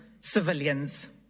civilians